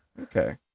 Okay